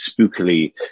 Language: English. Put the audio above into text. Spookily